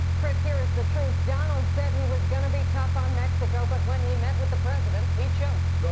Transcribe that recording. chris, here is the truth. donald said he was going to be tough on mexico, but when he met with the president, he choked.